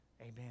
Amen